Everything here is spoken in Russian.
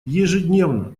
ежедневно